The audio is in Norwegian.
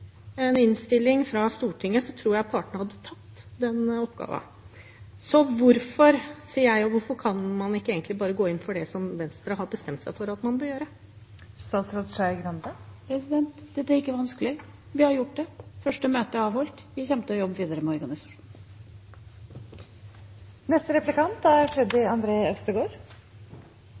innstilling fra Stortinget tror jeg partene hadde tatt den oppgaven. Hvorfor kan man ikke gå inn for det som Venstre har bestemt seg for at man bør gjøre? Dette er ikke vanskelig. Vi har gjort det. Første møte er avholdt. Vi kommer til å jobbe videre med